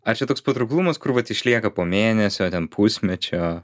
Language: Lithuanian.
ar čia toks patrauklumas kur vat išlieka po mėnesio ten pusmečio